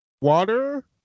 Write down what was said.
Water